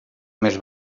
més